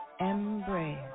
embrace